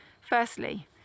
Firstly